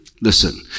Listen